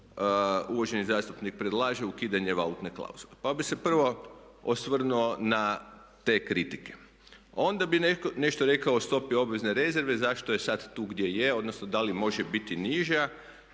uvaženi zastupnik predlaže ukidanje valutne klauzule. Pa bih se prvo osvrnuo na ta kritike. Onda bih nešto rekao o stopi obvezne rezerve zašto je sada tu gdje je, odnosno da li može biti niža.